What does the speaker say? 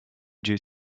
due